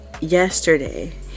yesterday